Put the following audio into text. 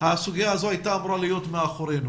הסוגיה הזו הייתה אמורה להיות מאחורינו.